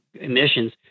emissions